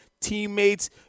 teammates